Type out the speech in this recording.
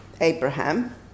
abraham